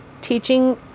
teaching